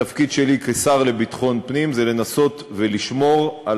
התפקיד שלי כשר לביטחון פנים הוא לנסות ולשמור על